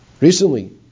recently